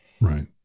Right